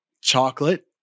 chocolate